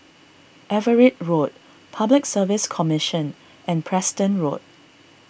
Everitt Road Public Service Commission and Preston Road